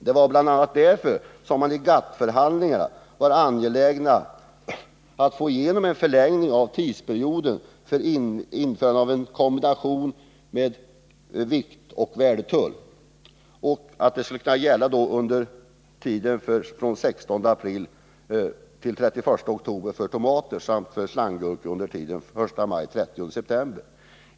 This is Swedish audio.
Det var bl.a. därför som man i GATT-förhandlingarna var angelägen att få igenom en förlängning av tidsperioden för en kombination av viktoch värdetull. Denna kombination skulle för tomater gälla under tiden den 16 april-den 31 oktober och för slanggurkor under tiden den 1 maj-den 30 september.